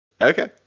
Okay